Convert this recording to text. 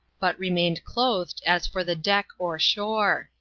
but remained clothed as for the deck or shore.